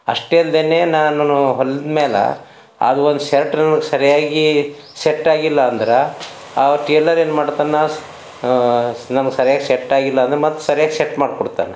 ಅಷ್ಟೇ ಅಲ್ಲದೇನೆ ನಾನೂ ಹೊಲ್ದ ಮೇಲೆ ಅದು ಒಂದು ಶರ್ಟುನು ಸರಿಯಾಗಿ ಶೆಟ್ ಆಗಿಲ್ಲ ಅಂದ್ರೆ ಆ ಟೇಲರ್ ಏನ್ಮಾಡ್ತಾನೆ ನಮ್ಗೆ ಸರಿಯಾಗಿ ಶೆಟ್ ಆಗಿಲ್ಲ ಅಂದ್ರೆ ಮತ್ತು ಸರಿಯಾಗಿ ಶೆಟ್ ಮಾಡ್ಕೊಡ್ತಾನ